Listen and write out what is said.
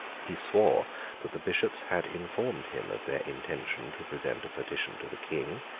he swore that the bishops had informed him of their intention to present a petition to the king,